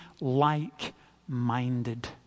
like-minded